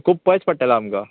खूब पयस पडटलें आमकां